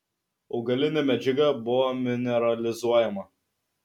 augalinė medžiaga buvo mineralizuojama